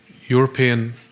European